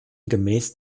gemäß